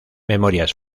memorias